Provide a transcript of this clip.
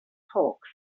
hawks